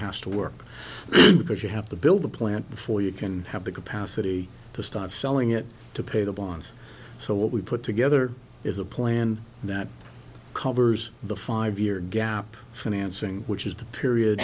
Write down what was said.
has to work because you have to build the plant before you can have the capacity to start selling it to pay the bonds so what we've put together is a plan that covers the five year gap financing which is the period